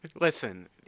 Listen